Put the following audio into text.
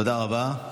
תודה רבה.